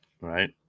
Right